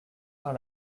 par